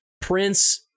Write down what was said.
Prince